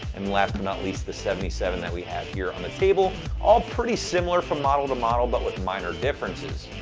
and last but not least, the seventy seven that we have here on the table. all pretty similar from model to model but with minor differences.